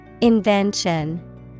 Invention